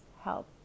help